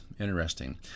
Interesting